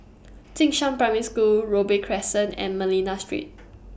Jing Shan Primary School Robey Crescent and Manila Street